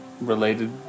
related